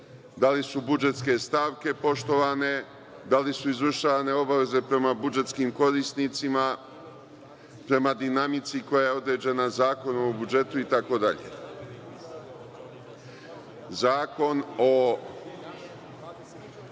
da li su budžetske stavke poštovane, da li su izvršavane obaveze prema budžetskim korisnicima, prema dinamici koja je određena Zakonom o budžetu itd. Zakon o